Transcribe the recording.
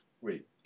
Wait